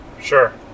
Sure